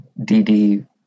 DD